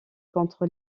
contre